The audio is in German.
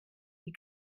die